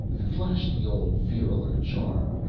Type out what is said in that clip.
flash the old viriler charm,